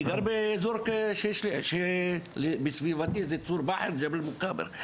אני גר באזור שבסביבתו נמצאים צור באהר וג'בל מוכבר.